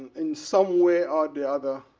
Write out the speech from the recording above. in some way or the other,